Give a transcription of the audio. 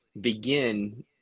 begin